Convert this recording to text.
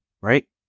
right